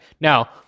now